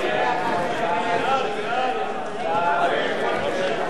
להסיר מסדר-היום את הצעת